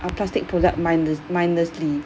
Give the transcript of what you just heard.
plastic product mindless~ mindlessly